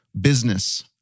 business